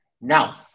Now